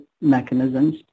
mechanisms